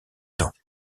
temps